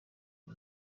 iyo